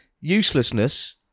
Uselessness